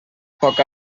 poc